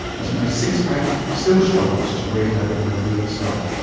as my six-pack still struggles to break out and reveal itself.